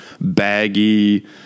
baggy